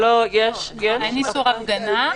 אין איסור הפגנה.